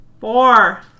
Four